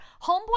Homeboy